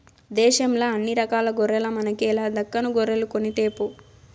దేశంల అన్ని రకాల గొర్రెల మనకేల దక్కను గొర్రెలు కొనితేపో